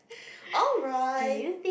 alright